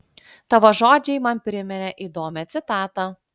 tavo žodžiai man priminė įdomią citatą